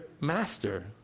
master